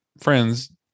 friends